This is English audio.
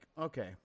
okay